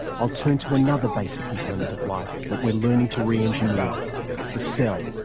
i'll turn to another basic component of life that we're learning to re-engineer the cell.